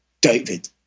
David